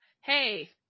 Hey